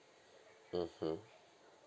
mmhmm